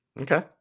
Okay